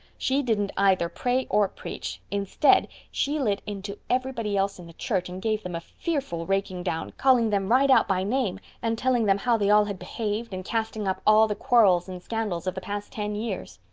she didn't either pray or preach. instead, she lit into everybody else in the church and gave them a fearful raking down, calling them right out by name and telling them how they all had behaved, and casting up all the quarrels and scandals of the past ten years.